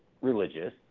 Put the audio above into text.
religious